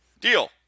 Deal